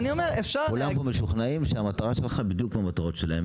כולם פה משוכנעים שהמטרה שלך היא בדיוק כמו המטרות שלהם.